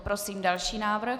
Prosím další návrh.